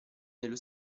nello